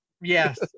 yes